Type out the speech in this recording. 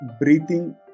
Breathing